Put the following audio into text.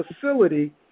facility